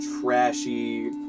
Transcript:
trashy